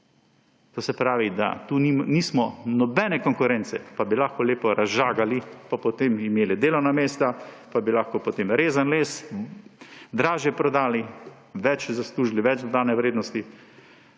To se pravi, da tu njim nismo nobene konkurence, pa bi lahko lepo razžagali, pa potem bi imeli delovna mesta, pa bi lahko potem rezan les dražje prodali, več zaslužili, več dodane vrednosti,